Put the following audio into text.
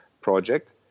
project